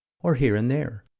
or here and there,